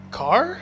car